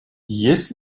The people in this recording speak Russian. есть